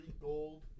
gold